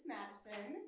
Madison